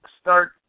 start